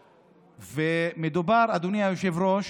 מדובר, אדוני היושב-ראש,